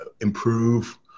improve